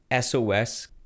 SOS